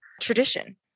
tradition